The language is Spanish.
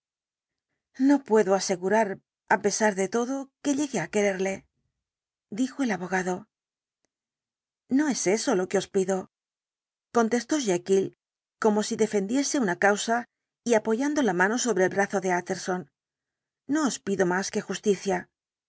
no puedo asegurar á pesar de todo que llegue á quererle dijo el abogado no es eso lo que os pido contestó jekyll como si defendiese una causa y apoyando la mano sobre el brazo de utterson no os pido más que justicia